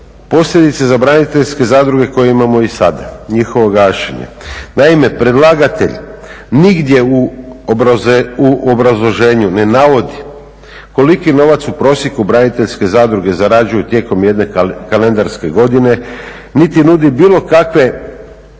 posljedice za braniteljske zadruge koje imam i sada, njihovo gašenje. Naime, predlagatelj nigdje u obrazloženju navodi koliki novac u prosjeku braniteljske zadruge zarađuju tijekom jedne kalendarske godine niti nudi bilo kakve